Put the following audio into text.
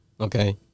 Okay